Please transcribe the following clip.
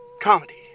Comedy